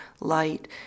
light